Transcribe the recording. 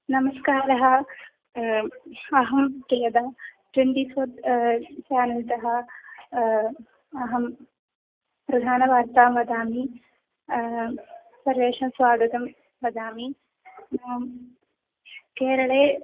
नमस्कारः अहं Priyada twenty four चानल्तः अहं प्रधानवार्तां वदामि सर्वेषां स्वागतं वदामि केरळे